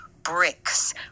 Bricks